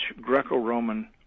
Greco-Roman